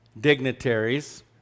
dignitaries